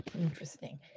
Interesting